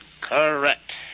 Correct